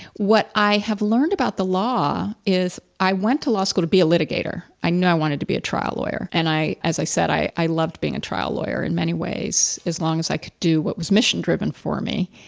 what i have learned about the law is i went to law school to be a litigator, i knew i wanted to be a trial lawyer. and i, as i said, i i loved being a trial lawyer in many ways, as long as i could do what was mission driven for me.